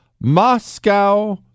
Moscow